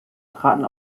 traten